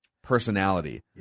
Personality